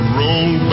roll